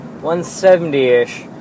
170-ish